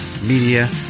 Media